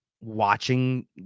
watching